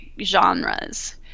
genres